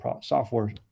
software